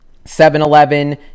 7-Eleven